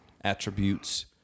attributes